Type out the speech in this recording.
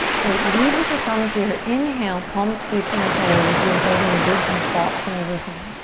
great, lead with a thumbs here. inhale, palms facing each other as if you were holding a big beach ball up and overhead.